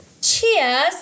Cheers